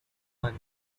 money